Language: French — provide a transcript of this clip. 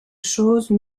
chose